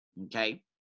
okay